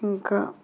ఇంకా